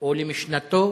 או למשנתו